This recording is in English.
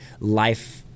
life